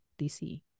dc